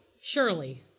Surely